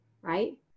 right